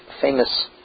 famous